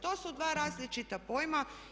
To su dva različita pojma.